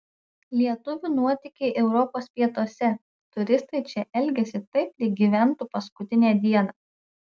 lietuvių nuotykiai europos pietuose turistai čia elgiasi taip lyg gyventų paskutinę dieną